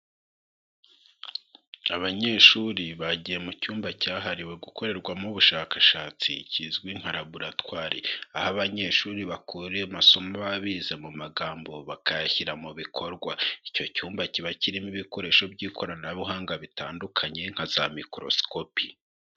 Abanyeshuri bagiye mu cyumba cyahariwe gukorerwamo ubushakashatsi kizwi nka laboratwari, aho abanyeshuri bakorera amasomo bize mu magambo bakayashyira mu bikorwa. Icyo cyumba kiba kirimo ibikoresho by'ikoranabuhanga bitandukanye nka za mikorosikopi.